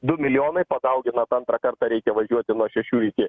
du milijonai padauginat antrą kartą reikia važiuoti nuo šešių iki